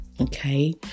Okay